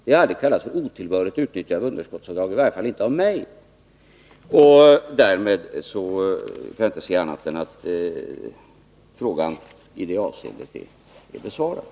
Det har aldrig kallats för otillbörligt utnyttjande av underskottsavdrag-—i varje fall inte av mig. Därför kan jag inte se annat än att frågan i det avseendet är besvarad.